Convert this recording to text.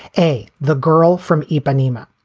a. the girl from ipanema.